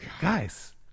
guys